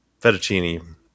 fettuccine